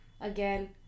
again